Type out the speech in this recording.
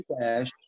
cash